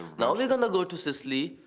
um now we're gonna go to sicily,